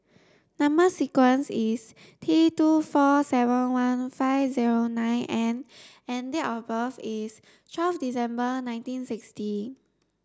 number sequence is T two four seven one five zero nine N and date of birth is twelfth December nineteen sixty